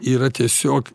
yra tiesiog